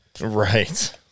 Right